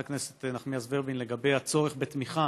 הכנסת נחמיאס ורבין לגבי הצורך בתמיכה